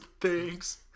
thanks